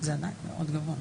זה עדיין מאוד גבוה.